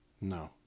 No